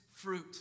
fruit